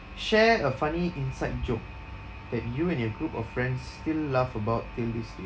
share a funny inside joke that you and your group of friends still laugh about till this day